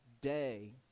day